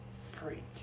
Freak